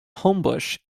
homebush